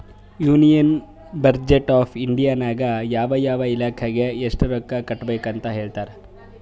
union budget of India ನಾಗ್ ಯಾವ ಯಾವ ಇಲಾಖೆಗ್ ಎಸ್ಟ್ ರೊಕ್ಕಾ ಕೊಡ್ಬೇಕ್ ಅಂತ್ ಹೇಳ್ತಾರ್